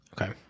Okay